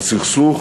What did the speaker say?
לסכסוך